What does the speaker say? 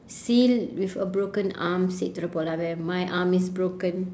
seal with a broken arm said to the polar bear my arm is broken